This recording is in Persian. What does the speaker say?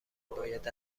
باید